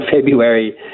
February